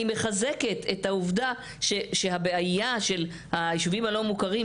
אני מחזקת את העובדה שהבעיה של הישובים הלא מוכרים,